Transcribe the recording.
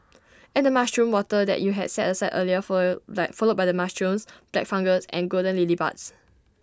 add the mushroom water that you had set aside earlier follow by followed by the mushrooms black fungus and golden lily buds